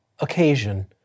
occasion